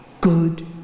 good